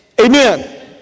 Amen